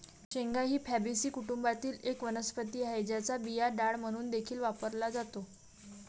शेंगा ही फॅबीसी कुटुंबातील एक वनस्पती आहे, ज्याचा बिया डाळ म्हणून देखील वापरला जातो